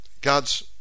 God's